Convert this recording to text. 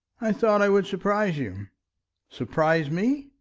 i thought i would surprise you surprise me?